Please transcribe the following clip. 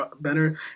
better